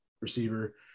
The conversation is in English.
receiver